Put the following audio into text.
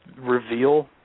reveal